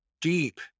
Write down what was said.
deep